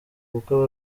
kuko